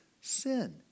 sin